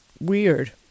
weird